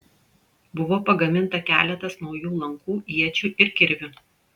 buvo pagaminta keletas naujų lankų iečių ir kirvių